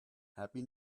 happy